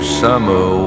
summer